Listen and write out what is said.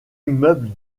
immeuble